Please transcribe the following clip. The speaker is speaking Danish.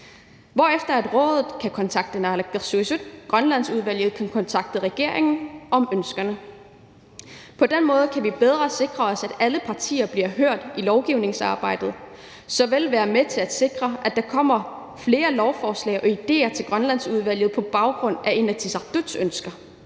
hvorefter rådet kan kontakte naalakkersuisut og Grønlandsudvalget kan kontakte regeringen angående ønskerne. På den måde kan vi bedre sikre os, at alle partier bliver hørt i hele lovgivningsarbejdet, såvel som at vi kan være med til at sikre, at der kommer flere lovgivningsmæssige forslag og idéer til Grønlandsudvalget på baggrund af Inatsisartuts ønsker.